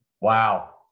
Wow